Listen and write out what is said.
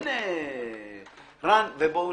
רן, בבקשה.